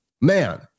man